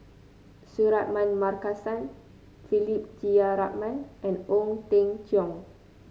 Suratman Markasan Philip Jeyaretnam and Ong Teng Cheong